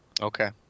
Okay